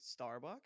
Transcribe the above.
Starbucks